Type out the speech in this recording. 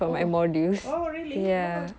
oh oh really oh